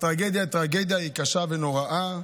הטרגדיה היא טרגדיה, היא קשה ונוראה,